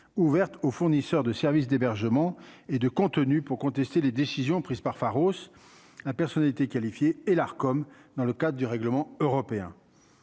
ouverte aux fournisseurs de services d'hébergement et de contenu pour contester les décisions prises par Pharos la personnalité qualifiée et l'art comme dans le cas du règlement européen,